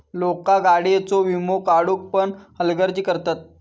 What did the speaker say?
लोका गाडीयेचो वीमो काढुक पण हलगर्जी करतत